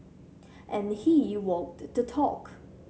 and he walked the talk